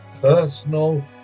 personal